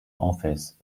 office